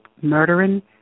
murdering